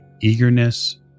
eagerness